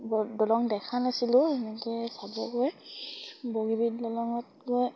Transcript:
দলং দেখা নাছিলোঁ এনেকে চাবগৈ বগীবিধ দলংত গৈ